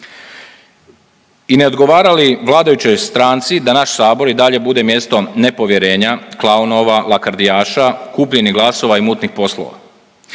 I ne odgovara li vladajućoj stranci da naš Sabor i dalje bude mjesto nepovjerenja, klaunova, lakrdijaša, kupljenih glasova i mutnih poslova.